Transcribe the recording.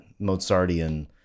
Mozartian